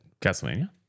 Castlevania